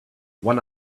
one